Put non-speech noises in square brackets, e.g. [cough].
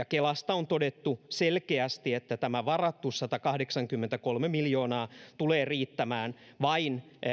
[unintelligible] kelasta on todettu selkeästi että tämä varattu satakahdeksankymmentäkolme miljoonaa tulee riittämään vain